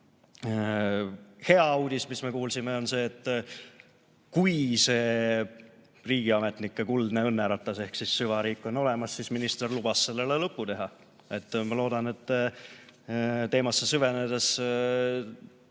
Hea uudis, mis me kuulsime, on see, et kui see riigiametnike kuldne õnneratas ehk süvariik on olemas, siis minister lubas sellele lõpu teha. Ma loodan, et teemasse süvenedes